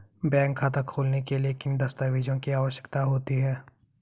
Bank खाता खोलने के लिए किन दस्तावेज़ों की आवश्यकता होती है?